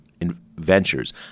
ventures